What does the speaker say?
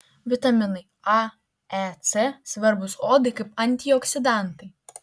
vitaminai a e c svarbūs odai kaip antioksidantai